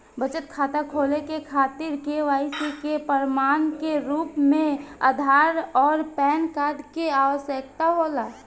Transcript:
बचत खाता खोले के खातिर केवाइसी के प्रमाण के रूप में आधार आउर पैन कार्ड के आवश्यकता होला